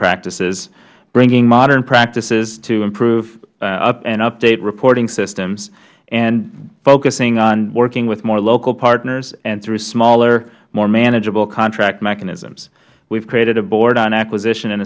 practices bringing modern practices to improve and update reporting systems and focusing on working with more local partners and through smaller more manageable contract mechanisms we have created a board on acquisition and